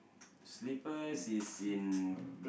slippers is in